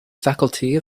faculty